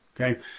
okay